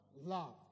love